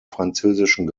französischen